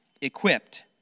equipped